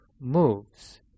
moves